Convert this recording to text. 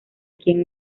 quien